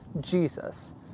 Jesus